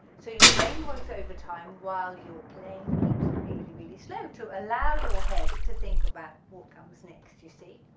so your brain works overtime while your playing keeps really really slow to allow your head to think about what comes next you see,